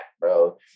bro